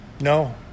No